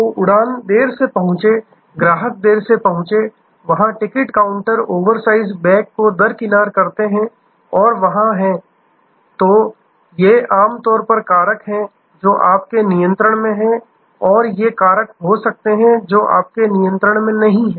तो उड़ान देर से पहुंचें ग्राहक देर से पहुंचे वहां टिकट काउंटर ओवरसाइज बैग को दरकिनार करते हैं और वहाँ हैं तो ये आमतौर पर कारक हैं जो आपके नियंत्रण में हैं और ये कारक हो सकते हैं जो आपके नियंत्रण में नहीं हैं